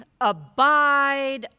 abide